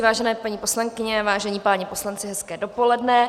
Vážené paní poslankyně, vážení páni poslanci, hezké dopoledne.